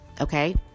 Okay